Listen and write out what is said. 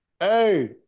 Hey